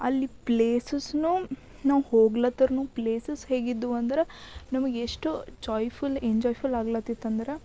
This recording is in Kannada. ಅಲ್ಲಿ ಪ್ಲೇಸಸ್ನೂ ನಾವು ಹೋಗ್ಲತ್ತರ್ನೂ ಪ್ಲೇಸಸ್ ಹೇಗಿದ್ವು ಅಂದ್ರೆ ನಮಗೆಷ್ಟೋ ಜಾಯ್ ಫುಲ್ ಎಂಜಾಯ್ ಫುಲ್ ಆಗ್ಲತಿತ್ತಂದ್ರೆ